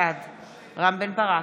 בעד רם בן ברק,